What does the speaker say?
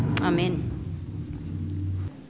Amen